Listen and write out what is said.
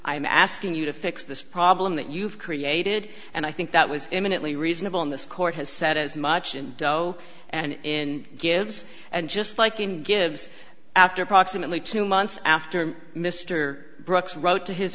i'm asking you to fix this problem that you've created and i think that was imminently reasonable in this court has said as much and so and gives and just like in gives after approximately two months after mr brooks wrote to his